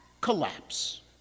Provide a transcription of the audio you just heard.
collapse